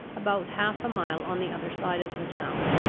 about half a mile on the other side of the town.